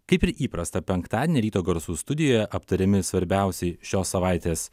kaip ir įprasta penktadienį ryto garsų studijoje aptariami svarbiausi šios savaitės